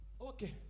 Okay